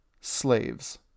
slaves